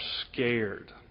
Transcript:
scared